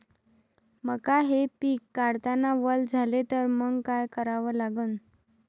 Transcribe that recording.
मका हे पिक काढतांना वल झाले तर मंग काय करावं लागन?